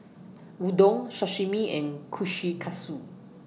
Udon Sashimi and Kushikatsu